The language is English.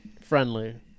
friendly